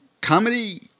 Comedy